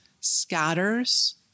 scatters